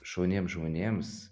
šauniems žmonėms